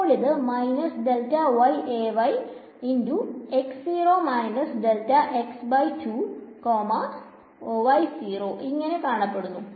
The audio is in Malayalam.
അപ്പോൾ ഇത് ഇങ്ങനെ കാണപ്പെടുന്നു